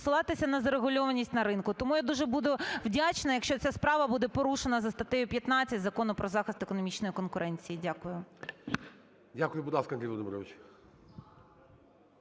посилатися на зарегульованість на ринку. Тому я дуже буду вдячна, якщо ця справа буде порушена за статтею 15 Закону "Про захист економічної конкуренції". Дякую. ГОЛОВУЮЧИЙ. Дякую. Будь ласка, Андрій Володимирович.